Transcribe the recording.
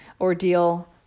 ordeal